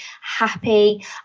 happy